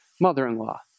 mother-in-law